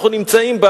לא שנתיים,